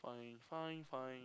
fine fine fine